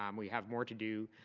um we have more to do,